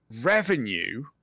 revenue